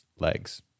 legs